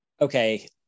okay